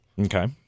Okay